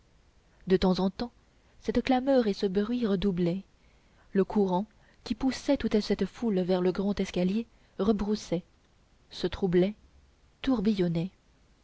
de temps en temps cette clameur et ce bruit redoublaient le courant qui poussait toute cette foule vers le grand escalier rebroussait se troublait tourbillonnait